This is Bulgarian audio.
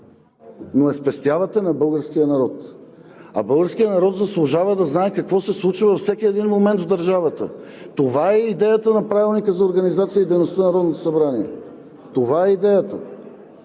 но я спестявате на българския народ. Българският народ заслужава да знае какво се случва във всеки един момент в държавата. Това е идеята на Правилника за организацията и дейността на Народното събрание, това е идеята!